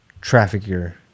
trafficker